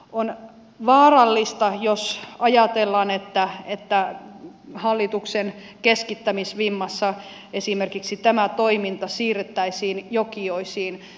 on vaarallista jos ajatellaan että hallituksen keskittämisvimmassa esimerkiksi tämä toiminta siirrettäisiin jokioisiin